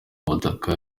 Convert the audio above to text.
butaka